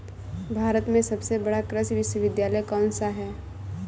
भारत में सबसे बड़ा कृषि विश्वविद्यालय कौनसा है?